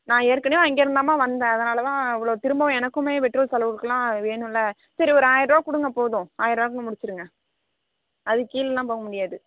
நான் ஏற்கனவே இங்கேருந்துதாமா வந்த அதனால் தான் இவ்வளோ திரும்ப எனக்குமே பெட்ரோல் செலவுகளா வேணும்ல சரி ஒரு ஆயரூவா கொடுங்க போதும் ஆயிரரூவா முடிச்சிவிடுங்க அதற்கு கீழ்லாம் போக முடியாது